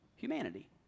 humanity